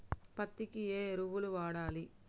పత్తి కి ఏ ఎరువులు వాడాలి?